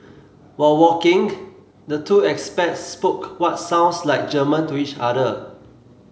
while walking the two expats spoke what sounds like German to each other